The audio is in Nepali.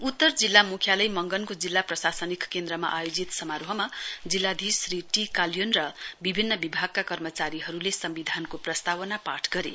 उत्तर जिल्ला मुख्यालय मंगनको जिल्ला प्रशासनिक केन्द्रमा आयोजित समारोहमा जिल्लाधीश श्री टी काल्योन र बिभिन्न विभागका कर्मचारीहरुले सम्विधानको प्रस्तावना पाठ गरे